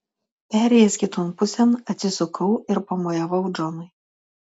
perėjęs kiton pusėn atsisukau ir pamojavau džonui